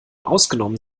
ausgenommen